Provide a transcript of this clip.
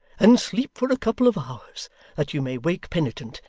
and sleep for a couple of hours that you may wake penitent,